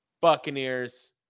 Buccaneers